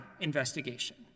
investigation